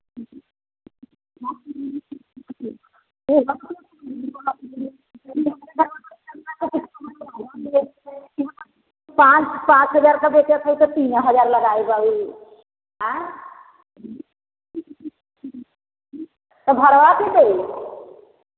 पाँच पाँच हज़ार का बेचत होई तो तीन हज़ार लगए गई हाँ तो भड़वा क्यों देई